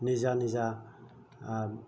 निजा निजा